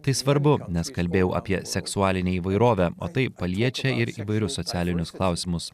tai svarbu nes kalbėjau apie seksualinę įvairovę o tai paliečia ir įvairius socialinius klausimus